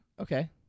Okay